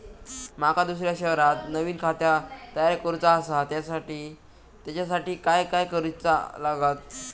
माका दुसऱ्या शहरात नवीन खाता तयार करूचा असा त्याच्यासाठी काय काय करू चा लागात?